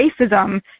racism